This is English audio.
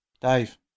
Dave